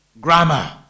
grammar